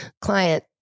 client